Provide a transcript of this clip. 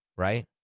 Right